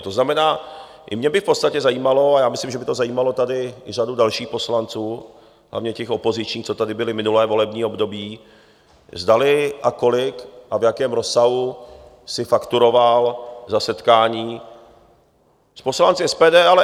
To znamená, i mě by v podstatě zajímalo, a myslím, že by to zajímalo tady i řadu dalších poslanců, hlavně těch opozičních, co tady byli minulé volební období, zdali, kolik a v jakém rozsahu si fakturoval za setkání s poslanci SPD.